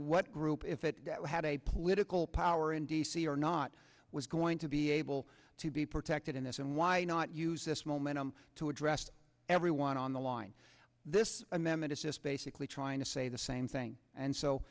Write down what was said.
what group if it had a political power in d c or not was going to be able to be protected in this and why not use this momentum to address everyone on the line this amendment is just basically trying to say the same thing and so